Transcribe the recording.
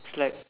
it's like